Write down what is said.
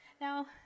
Now